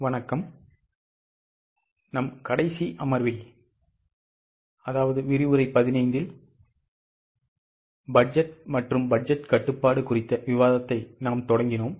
வணக்கம் நம் கடைசி அமர்வில் பட்ஜெட் மற்றும் பட்ஜெட் கட்டுப்பாடு குறித்த விவாதத்தை நாம் தொடங்கினோம்